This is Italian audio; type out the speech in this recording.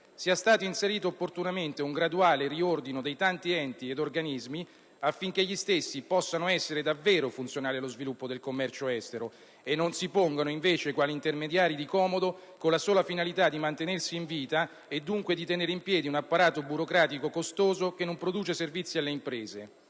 sia stato inserito opportunamente un graduale riordino dei tanti enti ed organismi, affinché gli stessi possano essere davvero funzionali allo sviluppo del commercio estero e non si pongano invece quali intermediari di comodo, con la sola finalità di mantenersi in vita e dunque di tenere in piedi un apparato burocratico costoso che non produce servizi alle imprese.